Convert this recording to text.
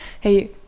Hey